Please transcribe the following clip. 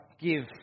give